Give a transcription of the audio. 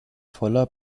voller